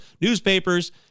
newspapers